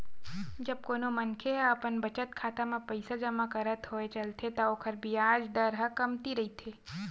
जब कोनो मनखे ह अपन बचत खाता म पइसा जमा करत होय चलथे त ओखर बियाज दर ह कमती रहिथे